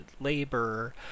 labor